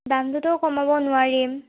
দামটোতো কমাব নোৱাৰিম